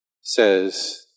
says